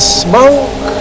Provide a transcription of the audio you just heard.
smoke